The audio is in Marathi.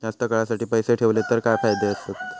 जास्त काळासाठी पैसे ठेवले तर काय फायदे आसत?